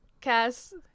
Cass